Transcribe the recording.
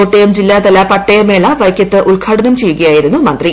കോട്ടയം ജില്ലാതല പട്ടയമേള വൈക്കത്ത് ഉദ്ഘാടനം ചെയ്യുകയായിരുന്നു മന്ത്രി